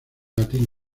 latín